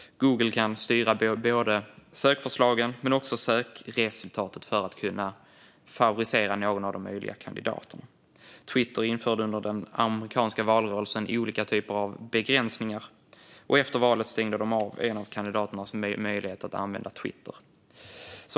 Google kan styra både sökförslag och sökresultat för att kunna favorisera någon av de möjliga kandidaterna. Twitter införde under den amerikanska valrörelsen olika typer av begränsningar, och efter valet stängde de av en av kandidaterna från möjligheten att använda Twitter.